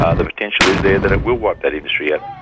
ah the potential is there that it will wipe that industry out.